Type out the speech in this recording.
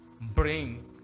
bring